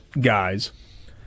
guys